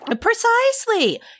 Precisely